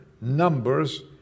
numbers